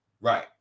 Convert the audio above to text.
Right